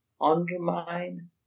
undermine